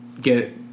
get